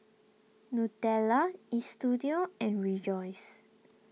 Nutella Istudio and Rejoice